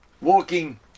walking